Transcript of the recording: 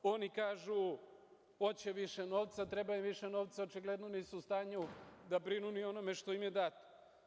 Oni kažu hoće više novca, treba im više novca, a očigledno nisu u stanju da brinu ni o onome što im je dato.